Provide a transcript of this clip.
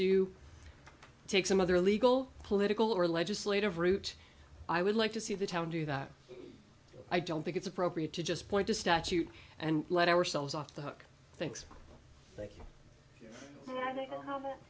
to take some other legal political or legislative route i would like to see the town do that i don't think it's appropriate to just point to statute and let ourselves off the hook thanks